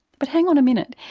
but hang on a minute,